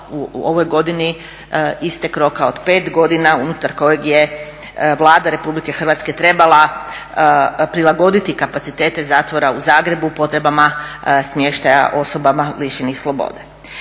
u ovoj godini istek roka od 5 godina unutar kojeg je Vlada Republike Hrvatske trebala prilagoditi kapacitete zatvora u Zagrebu potrebama smještaja osobama lišenih slobode.